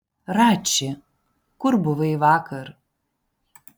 rači kur buvai vakar